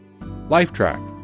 Lifetrack